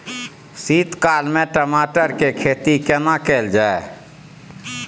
शीत काल में टमाटर के खेती केना कैल जाय?